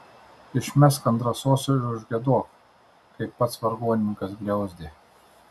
išmesk ant drąsos ir užgiedok kaip pats vargonininkas griauzdė